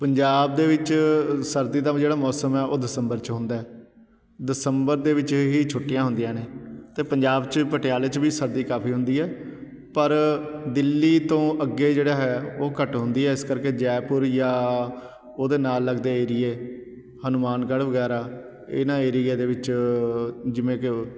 ਪੰਜਾਬ ਦੇ ਵਿੱਚ ਸਰਦੀ ਦਾ ਜਿਹੜਾ ਮੌਸਮ ਹੈ ਉਹ ਦਸੰਬਰ 'ਚ ਹੁੰਦਾ ਦਸੰਬਰ ਦੇ ਵਿੱਚ ਹੀ ਛੁੱਟੀਆਂ ਹੁੰਦੀਆਂ ਨੇ ਅਤੇ ਪੰਜਾਬ 'ਚ ਵੀ ਪਟਿਆਲੇ 'ਚ ਵੀ ਸਰਦੀ ਕਾਫ਼ੀ ਹੁੰਦੀ ਹੈ ਪਰ ਦਿੱਲੀ ਤੋਂ ਅੱਗੇ ਜਿਹੜਾ ਹੈ ਉਹ ਘੱਟ ਹੁੰਦੀ ਹੈ ਇਸ ਕਰਕੇ ਜੈਪੁਰ ਜਾਂ ਉਹਦੇ ਨਾਲ਼ ਲੱਗਦੇ ਏਰੀਏ ਹਨੁੰਮਾਨਗੜ੍ਹ ਵਗੈਰਾ ਇਹਨਾਂ ਏਰੀਏ ਦੇ ਵਿੱਚ ਜਿਵੇਂ ਕਿ